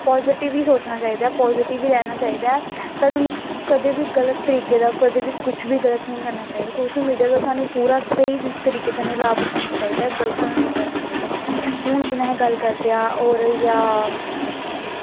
positive ही सोचना चाहिदा ऐ पॉजिटिव ही रौह्ना चाहिदा ऐ सानूं कदैं बी गल्त तरके दा कदैं बी कुछ निं करना चाहिदा ऐ सोशल मिडिया दा सानूं स्हेई लाभ उठाना चाहिदा ऐ गल्त नेईं करना चाहदा ऐ हून जि'यां अस गल्ल करदे आं होर जां